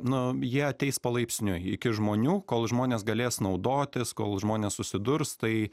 nu jie ateis palaipsniui iki žmonių kol žmonės galės naudotis kol žmonės susidurs tai